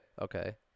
Okay